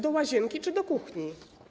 Do łazienki czy do kuchni?